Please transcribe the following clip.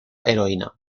heroína